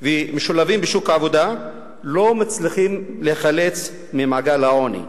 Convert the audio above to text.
ומשולבים בשוק העבודה הם לא מסוגלים להיחלץ ממעגל העוני.